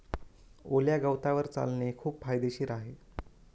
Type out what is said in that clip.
ओल्या गवतावर चालणे खूप फायदेशीर आहे